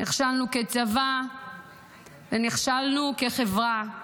נכשלנו כצבא ונכשלנו כחברה.